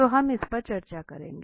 तो हम इस पर चर्चा करेंगे